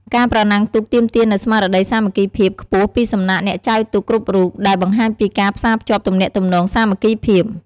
ការប្រណាំងទូកទាមទារនូវស្មារតីសាមគ្គីភាពខ្ពស់ពីសំណាក់អ្នកចែវទូកគ្រប់រូប ដែលបង្ហាញពីការផ្សារភ្ជាប់ទំនាក់ទំនងសាមគ្គីភាព ។